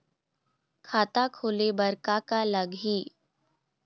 खाता खोले बर का का लगही?